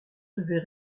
devait